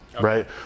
right